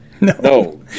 No